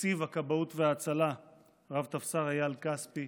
נציב הכבאות וההצלה רב-טפסר אייל כספי,